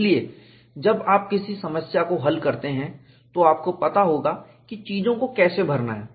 इसलिए जब आप किसी समस्या को हल करते हैं तो आपको पता होगा कि चीज़ों को कैसे भरना है